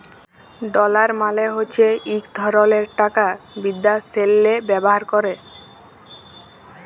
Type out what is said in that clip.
dollar মালে হছে ইক ধরলের টাকা বিদ্যাশেল্লে ব্যাভার ক্যরে